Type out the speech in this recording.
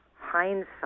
hindsight